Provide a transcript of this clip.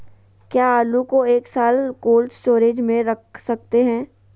क्या आलू को एक साल कोल्ड स्टोरेज में रख सकते हैं?